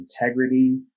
integrity